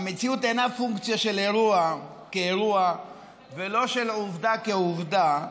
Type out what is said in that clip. אינה פונקציה של אירוע כאירוע ולא של עובדה כעובדה,